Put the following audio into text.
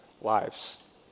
lives